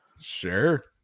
Sure